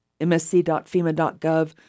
msc.fema.gov